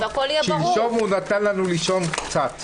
הישיבה ננעלה בשעה 18:01.